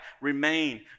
remain